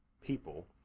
people